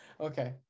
Okay